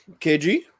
KG